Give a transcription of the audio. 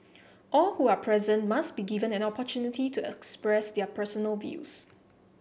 all who are present must be given an opportunity to express their personal views